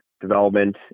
development